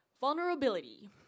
Vulnerability